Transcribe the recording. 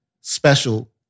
special